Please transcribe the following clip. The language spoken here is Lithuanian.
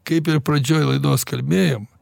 kaip ir pradžioj laidos kalbėjom